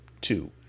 Two